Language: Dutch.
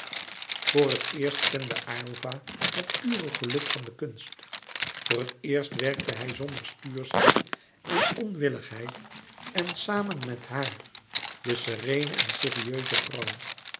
voor het eerst kende aylva het pure geluk louis couperus metamorfoze van de kunst voor het eerst werkte hij zonder stuurschheid en onwilligheid en samen met haar de sereene en serieuze vrouw